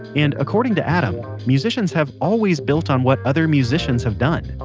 and according to adam, musicians have always built on what other musicians have done.